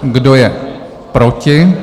Kdo je proti?